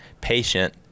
patient